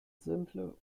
simple